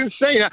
insane